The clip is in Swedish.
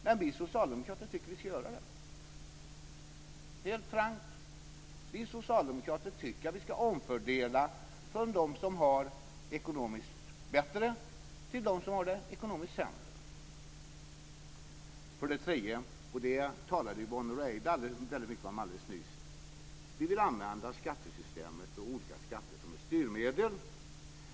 Men vi socialdemokrater tycker att vi ska göra det. Vi socialdemokrater tycker helt frankt att vi ska omfördela från dem som har det bättre ekonomiskt till dem som har det sämre ekonomiskt. För det tredje - och detta talade Yvonne Ruwaida mycket om alldeles nyss - vill vi använda skattesystemet och olika skatter som ett styrmedel.